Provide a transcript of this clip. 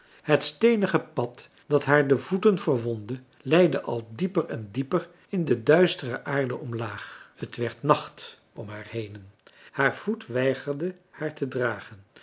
het steenige pad dat haar de voeten verwondde leidde al dieper en dieper in de duistere aarde omlaag het werd nacht om haar henen haar voet weigerde haar te dragen